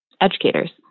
educators